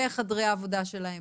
בחדרי העבודה שלהן,